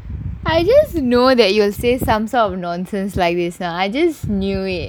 I just know that you will say sort of nonsense like this ah I just knew it